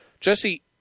Jesse